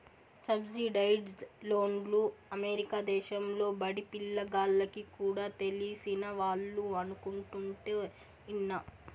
subsidised లోన్లు America దేశంలో బడిపిల్ల గాల్లకి కూడా తెలిసినవాళ్లు అనుకుంటుంటే ఇన్నా